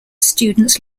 students